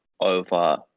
Over